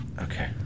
Okay